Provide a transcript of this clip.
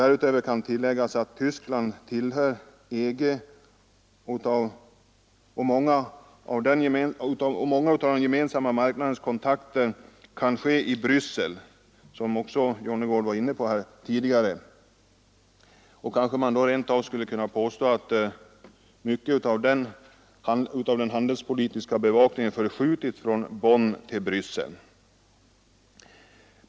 Därutöver kan tilläggas att Tyskland tillhör EG, och många av den gemensamma marknadens kontakter kan ske i Bryssel. Detta har också herr Jonnergård tidigare varit inne på. Kanske man då rent av kan påstå att mycket av den handelspolitiska bevakningen har förskjutits från Bonn till Bryssel.